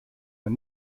man